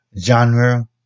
genre